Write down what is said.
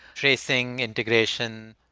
tracing, integration,